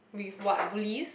with what bullies